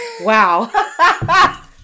Wow